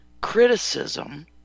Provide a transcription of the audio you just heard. criticism